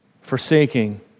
Forsaking